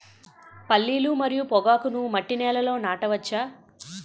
పల్లీలు మరియు పొగాకును మట్టి నేలల్లో నాట వచ్చా?